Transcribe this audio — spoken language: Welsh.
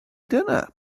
dyna